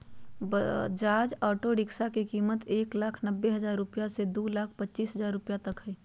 Bajaj auto rickshaw के कीमत एक लाख नब्बे हजार रुपया से दू लाख पचीस हजार रुपया तक हइ